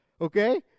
Okay